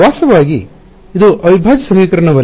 ವಾಸ್ತವವಾಗಿ ಇದು ಅವಿಭಾಜ್ಯ ಸಮೀಕರಣವಲ್ಲ